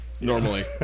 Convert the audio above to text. Normally